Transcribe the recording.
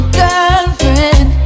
girlfriend